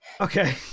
okay